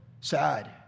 sad